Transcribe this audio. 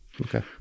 okay